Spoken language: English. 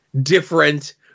different